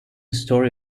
story